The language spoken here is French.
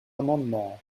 amendement